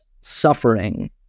suffering